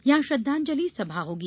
यहां श्रद्धांजलि सभा होगी